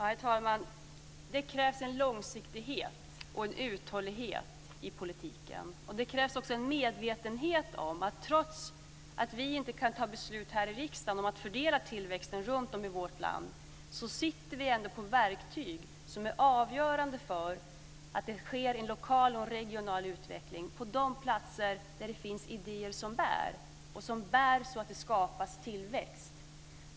Herr talman! Det krävs en långsiktighet och en uthållighet i politiken. Det krävs också en medvetenhet om att trots att vi inte kan fatta beslut här i riksdagen om att fördela tillväxten runtom i vårt land sitter vi ändå på verktyg som är avgörande för att det sker en lokal och regional utveckling på de platser där det finns idéer som bär så att det skapas tillväxt.